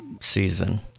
season